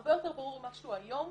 הרבה יותר ברור ממה שהוא היום.